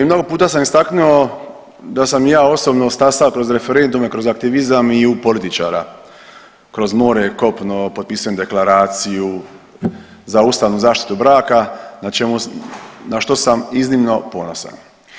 Mnogo puta sam istaknuo da sam i ja osobno stasao kroz referendume, kroz aktivizam i u političara kroz more, kopno, potpisanu deklaraciju, za ustavnu zaštitu braka na što sam iznimno ponosan.